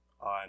on